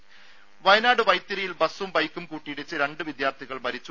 രും വയനാട് വൈത്തിരിയിൽ ബസും ബൈക്കും കൂട്ടിയിടിച്ച് രണ്ട് വിദ്യാർത്ഥികൾ മരിച്ചു